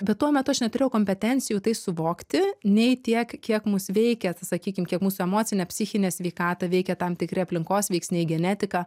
bet tuo metu aš neturėjau kompetencijų tai suvokti nei tiek kiek mus veikia sakykim kiek mūsų emocinę psichinę sveikatą veikia tam tikri aplinkos veiksniai genetika